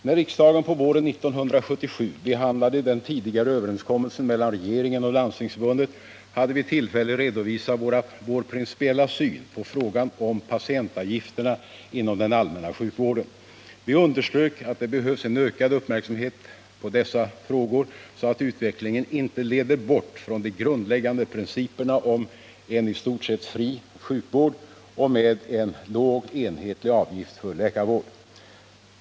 När riksdagen på våren 1977 behandlade den tidigare överenskommelsen mellan regeringen och Landstingsförbundet hade vi tillfälle redovisa vår principiella syn på frågan om patientavgifterna inom den allmänna sjukvården. Vi underströk att det behövs en ökad uppmärksamhet på dessa frågor så att utvecklingen inte leder bort från de grundläggande principerna om en i stort sett fri sjukvård och med en låg enhetlig avgift för läkarvård.